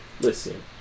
Listen